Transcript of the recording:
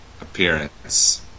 Appearance